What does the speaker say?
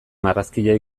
marrazkia